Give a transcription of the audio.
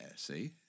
See